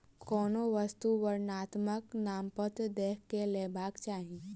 कोनो वस्तु वर्णनात्मक नामपत्र देख के लेबाक चाही